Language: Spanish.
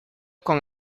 con